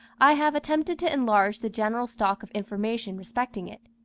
i have attempted to enlarge the general stock of information respecting it.